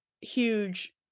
huge